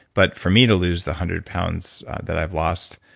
but for me to lose the hundred pounds that i've lost,